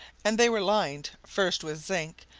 and they were lined, first with zinc,